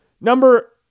Number